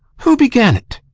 who began't?